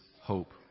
hope